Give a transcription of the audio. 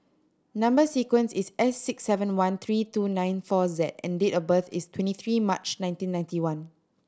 number sequence is S six seven one three two nine four Z and date of birth is twenty three March nineteen ninety one